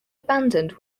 abandoned